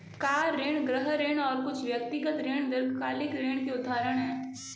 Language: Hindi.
कार ऋण, गृह ऋण और कुछ व्यक्तिगत ऋण दीर्घकालिक ऋण के उदाहरण हैं